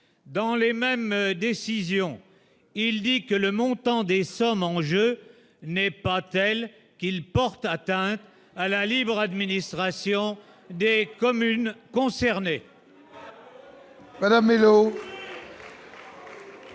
dans les mêmes décisions, il dit que le montant des sommes en jeu n'est pas telle qu'il porte atteinte à la libre administration des communes concernées.